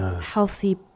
healthy